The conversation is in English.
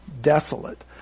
desolate